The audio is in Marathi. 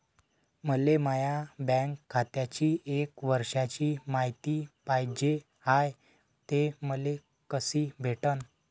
मले माया बँक खात्याची एक वर्षाची मायती पाहिजे हाय, ते मले कसी भेटनं?